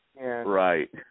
Right